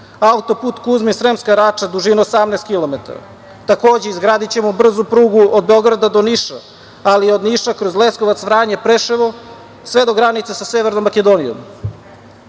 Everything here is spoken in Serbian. autoput Kuzmin - Sremska Rača, dužine 18 kilometara. Takođe, izgradićemo brzu prugu od Beograda do Niša, ali i od Niša kroz Leskovac – Vranje – Preševo, sve do granica sa Severnom Makedonijom. Uskoro